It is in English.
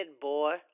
boy